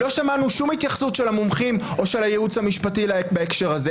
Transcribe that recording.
לא שמענו שום התייחסות של המומחים או של הייעוץ המשפטי בהקשר הזה.